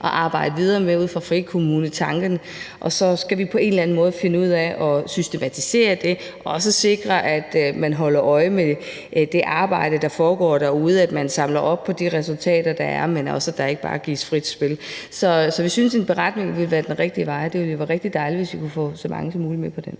at arbejde videre med ud fra frikommunetanken, og så skal vi på en eller anden måde finde ud af at systematisere det og også sikre, at man holder øje med det arbejde, der foregår derude, og at man samler op på de resultater, der er, men også at der ikke bare gives frit spil. Så vi synes en beretning ville være den rigtige vej, og det ville jo være rigtig dejligt, hvis vi kunne få så mange som muligt med på den.